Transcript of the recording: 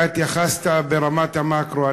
ברשותך, אתה התייחסת ברמת המקרו.